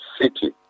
city